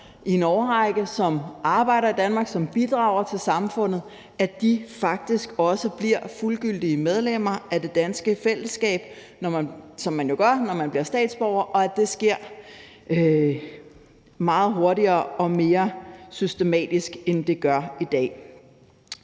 i en årrække; som arbejder i Danmark; som bidrager til samfundet, faktisk også bliver fuldgyldige medlemmer af det danske fællesskab, som man jo gør, når man bliver statsborger, og at det sker meget hurtigere og mere systematisk, end det gør i dag.